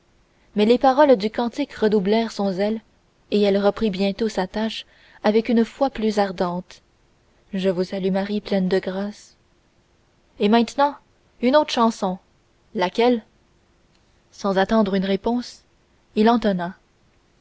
mais les paroles du cantique redoublèrent son zèle et elle reprit bientôt sa tâche avec une foi plu ardente je vous salue marie pleine de grâce et maintenant une autre chanson laquelle sans attendre une réponse il